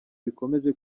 bikomeje